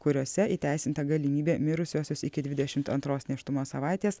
kuriose įteisinta galimybė mirusiuosius iki dvidešimt antros nėštumo savaitės